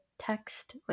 text